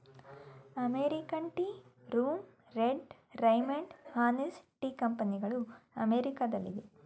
American tea room, red Raymond, Hanes tea ಕಂಪನಿಗಳು ಅಮೆರಿಕದಲ್ಲಿವೆ